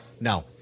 No